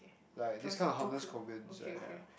like these kinds of harmless comments I uh